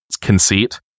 conceit